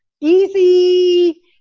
easy